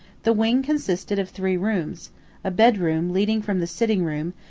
the wing consisted of three rooms a bedroom, leading from the sitting-room,